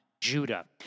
Judah